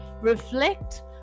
reflect